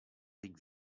éric